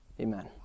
Amen